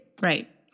Right